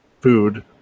food